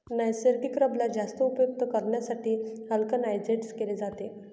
नैसर्गिक रबरेला जास्त उपयुक्त करण्यासाठी व्हल्कनाइज्ड केले जाते